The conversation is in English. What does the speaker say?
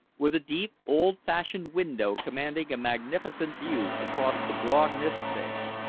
with a deep old-fashioned window commanding a magnificent view across the broad nithsdale.